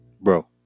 bro